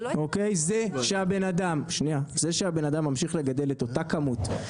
זה שבן האדם ממשיך לגדל את אותה כמות,